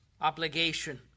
obligation